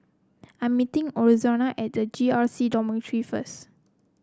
I'm meeting Izora at the J R C Dormitory first